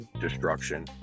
destruction